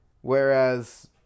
Whereas